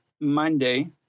monday